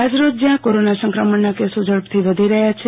આજરોજ જયાં કોરોના સંક્રમણના કેસો ઝડપથી વધી રહયા છે